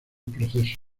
proceso